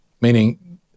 Meaning